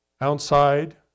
outside